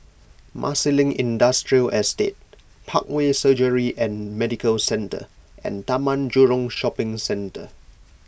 Marsiling Industrial Estate Parkway Surgery and Medical Centre and Taman Jurong Shopping Centre